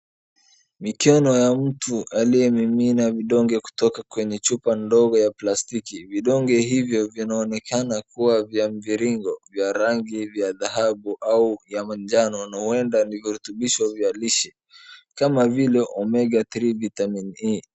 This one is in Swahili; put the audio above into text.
Mikono ya mtu aliye mimina vidonge kutoka kwenye chupa ndogo ya plastiki, vidonge hivyo vinaonekana kuwa vya mviringo vya rangi, vya dhahabu au ya manjano na huenda ni dhibitisho vya lishi kama vile OMEGA 3,VITAMIN D .